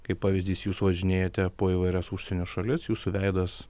kaip pavyzdys jūs važinėjate po įvairias užsienio šalis jūsų veidas